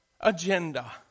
agenda